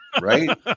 right